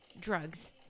Drugs